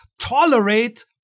tolerate